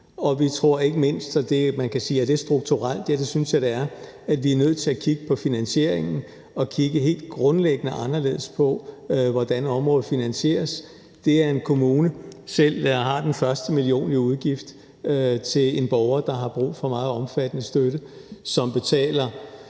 og ja, det synes jeg det er – at vi er nødt til at kigge på finansieringen og kigge helt grundlæggende anderledes på, hvordan området finansieres. Det er klart, at det, at en kommune selv har den første million kroner i udgift til en borger, der har brug for meget omfattende støtte, og betaler